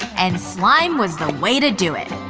and slime was the way to do it!